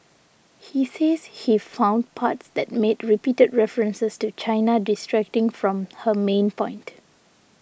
he says he found parts that made repeated references to China distracting from her main point